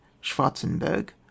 Schwarzenberg